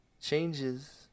changes